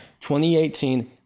2018